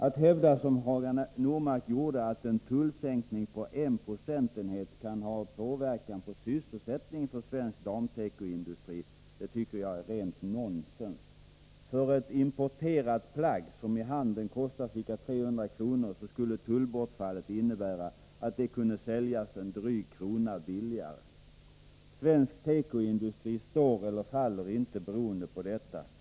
Att hävda, som Hagar Normark gjorde, att en tullsänkning på en procentenhet kan påverka sysselsättningen för svensk damtekoindustri tycker jag är rent nonsens. För ett importerat plagg, som i handeln kostar ca 300 kr., skulle tullbortfallet innebära att det kunde säljas en dryg krona billigare. Svensk tekoindustri står eller faller inte beroende på det.